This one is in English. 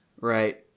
Right